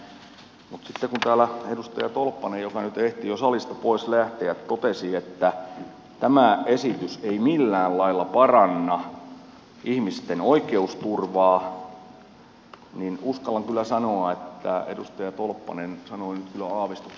mutta sitten kun täällä edustaja tolppanen joka nyt ehti jo salista pois lähteä totesi että tämä esitys ei millään lailla paranna ihmisten oikeusturvaa uskallan kyllä sanoa että edustaja tolppanen sanoi nyt kyllä aavistuksen verran väärän todistuksen